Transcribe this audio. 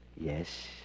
Yes